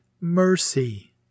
mercy